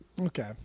Okay